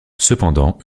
cependant